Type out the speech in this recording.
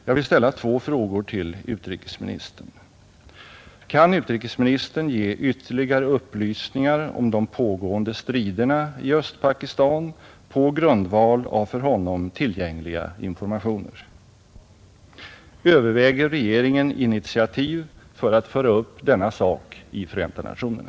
Jag vill ställa två frågor till utrikesministern: Kan utrikesministern ge ytterligare upplysningar om de pågående striderna i Östpakistan på grundval av för honom tillgängliga informationer? Överväger regeringen initiativ för att föra upp denna sak i Förenta nationerna?